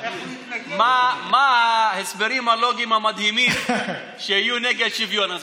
מה הם ההסברים הלוגיים המדהימים שיהיו נגד שוויון.